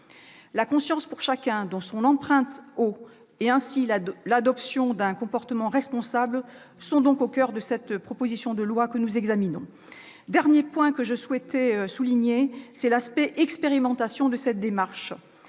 de conscience par chacun de son « empreinte eau » et l'adoption d'un comportement responsable sont donc au coeur de la proposition de loi que nous examinons. Dernier point que je souhaite évoquer : l'aspect expérimental de la démarche.